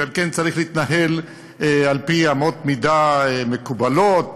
ועל כן צריך להתנהל על-פי אמות מידה מקובלות,